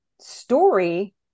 story